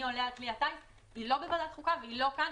עולה על כלי הטיס היא לא בוועדת חוקה והיא לא כאן,